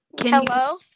hello